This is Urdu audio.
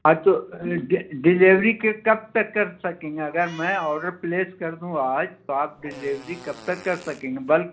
ہاں تو ڈلیوری کب تک کر سکیں گے اگر میں آڈر پلیس کر دوں آج تو آپ ڈلیوری کب تک کر سکیں گے بلک